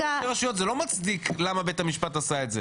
מבחינת ראשי הרשויות זה לא מצדיק למה בית המשפט עשה את זה,